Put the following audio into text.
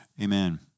Amen